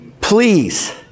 Please